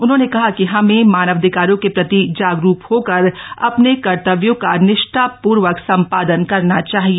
उन्होंने कहा कि हमें मानवाधिकारों के प्रति जागरूक होकर अपने कर्तव्यों को निष्ठापूर्वक सम्पादन करना चाहिए